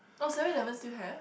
oh seven eleven still have